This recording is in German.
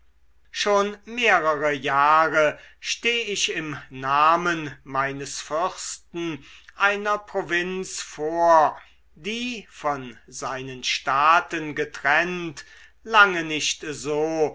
schon mehrere jahre steh ich im namen meines fürsten einer provinz vor die von seinen staaten getrennt lange nicht so